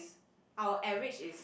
our average is